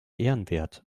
ehrenwert